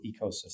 ecosystem